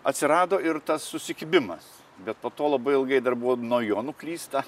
atsirado ir tas susikibimas bet po to labai ilgai dar buvo nuo jo nuklysta